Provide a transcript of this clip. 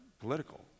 political